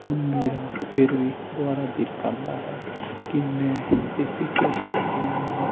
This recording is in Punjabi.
ਹੁਣ ਮੇਰਾ ਫਿਰ ਵੀ ਦੁਬਾਰਾ ਦਿਲ ਕਰਦਾ ਹੈ ਕਿ ਮੈਂ ਰਿਸ਼ੀਕੇਸ਼ ਜਾ ਕੇ ਆਵਾਂ